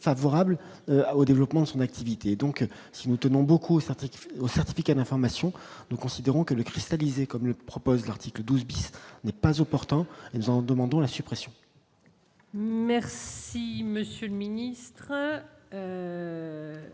favorables au développement de son activité, donc si nous tenons beaucoup au certificat d'information, nous considérons que le cristallisé, comme le propose l'article 12 bis n'est pas opportun, nous en demandons la suppression. Merci monsieur le ministre,